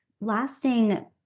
lasting